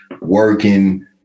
working